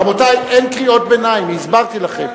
רבותי, אין קריאות ביניים, הסברתי לכם.